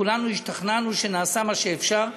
כולנו השתכנענו שנעשה מה שאפשר.